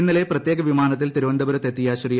ഇന്നലെ പ്രത്യേക വിമാനത്തിൽ തിരുവനന്തപുരത്ത് എത്തിയ ശ്രീ